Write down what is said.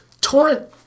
Torrent